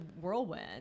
whirlwind